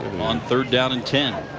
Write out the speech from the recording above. on third down and ten.